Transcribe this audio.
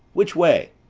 which way?